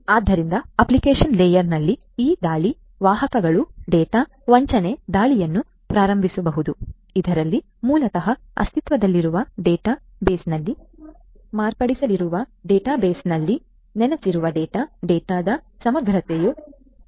ಆದ್ದರಿಂದ ಅಪ್ಲಿಕೇಶನ್ ಲೇಯರ್ನಲ್ಲಿ ಈ ದಾಳಿ ವಾಹಕಗಳು ಡೇಟಾ ವಂಚನೆ ದಾಳಿಯನ್ನು ಪ್ರಾರಂಭಿಸಬಹುದು ಇದರಲ್ಲಿ ಮೂಲತಃ ಅಸ್ತಿತ್ವದಲ್ಲಿರುವ ಡೇಟಾಬೇಸ್ನಲ್ಲಿ ಅವರು ಮಾರ್ಪಡಿಸಲಿರುವ ಡೇಟಾಬೇಸ್ನಲ್ಲಿ ನೆಲೆಸಿರುವ ಡೇಟಾ ಡೇಟಾದ ಸಮಗ್ರತೆಯು ಕಠಿಣವಾಗಲಿದೆ